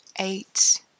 eight